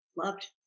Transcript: loved